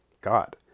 God